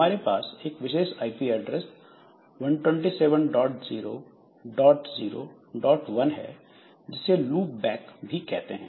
हमारे पास एक विशेष आईपी ऐड्रेस 127001 है जिसे लूपबैक भी कहते हैं